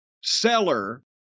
seller